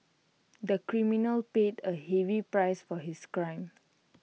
the criminal paid A heavy price for his crime